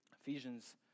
Ephesians